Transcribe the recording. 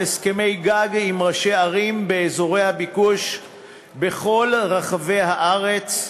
על הסכמי-גג עם ראשי ערים באזורי הביקוש בכל רחבי הארץ,